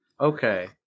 Okay